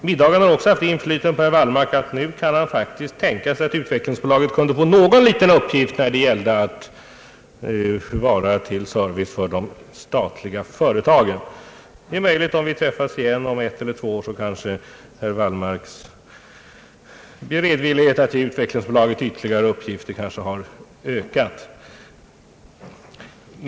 Middagen har också haft det inflytandet på herr Wallmark att han nu faktiskt kan tänka sig att utvecklingsbolaget skulle få någon liten uppgift när det gällde att lämna service åt de statliga företagen. Om vi träffas igen om ett eller två år är det möjligt att herr Wallmarks beredvillighet att ge utvecklingsbolaget ytterligare uppgifter kanske har ökat.